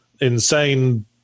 insane